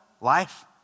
Life